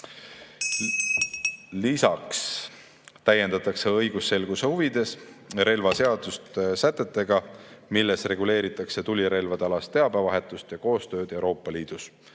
Lisaks täiendatakse õigusselguse huvides relvaseadust sätetega, milles reguleeritakse tulirelvaalase teabe vahetust ja koostööd Euroopa Liidus.